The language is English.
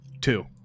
Two